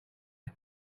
i—i